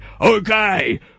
Okay